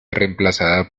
reemplazada